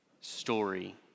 story